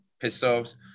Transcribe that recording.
pistols